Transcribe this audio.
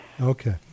Okay